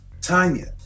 Tanya